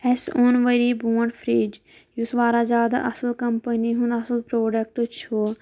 اَسہِ اوٚن ؤری برٛونٛٹھ فِرٛج یُس واریاہ زیادٕ اصٕل کمپٔنی ہُنٛد اصٕل پرٛوڈکٹ چھُ